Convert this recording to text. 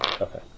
Okay